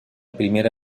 primera